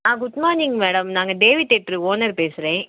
ஆ good morning madam நாங்கள் theatre owner ஓனர் பேசுகிறேன்